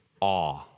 awe